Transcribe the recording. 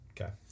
Okay